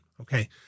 Okay